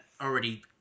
already